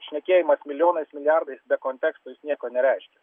šnekėjimas milijonais milijardais be konteksto jis nieko nereiškia